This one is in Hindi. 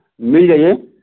मिल जाइए